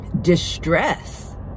distress